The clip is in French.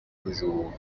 toujours